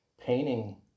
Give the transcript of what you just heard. painting